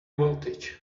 voltage